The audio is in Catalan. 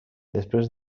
després